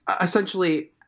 Essentially